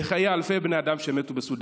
בחיי אלפי בני אדם שמתו בסודאן,